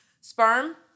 sperm